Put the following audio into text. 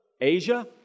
Asia